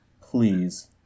please